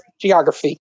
geography